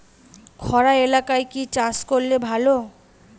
খরা এলাকায় কি চাষ করলে ভালো?